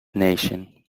nation